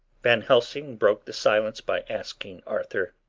van helsing broke the silence by asking arthur